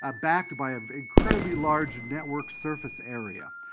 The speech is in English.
ah backed by incredibly large network-service area.